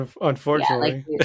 Unfortunately